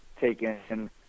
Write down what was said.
taken